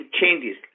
changes